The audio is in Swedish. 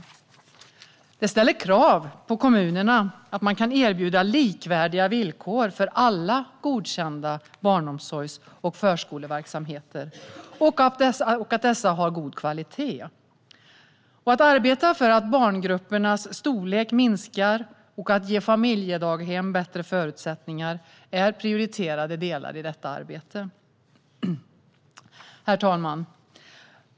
Detta ställer krav på att kommunerna kan erbjuda likvärdiga villkor för alla godkända barnomsorgs och förskoleverksamheter och att dessa håller god kvalitet. Att arbeta för att barngruppernas storlek minskar och att ge familjedaghem bättre förutsättningar är prioriterade delar i detta arbete. Herr talman!